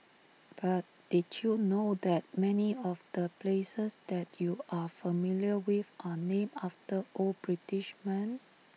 but did you know that many of the places that you're familiar with are named after old British men